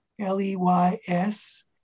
L-E-Y-S